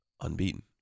unbeaten